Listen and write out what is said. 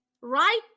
right